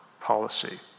policy